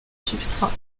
substrat